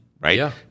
right